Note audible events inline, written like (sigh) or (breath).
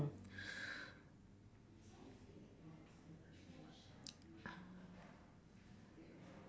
(breath)